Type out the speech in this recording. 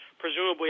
presumably